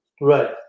Right